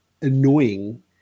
annoying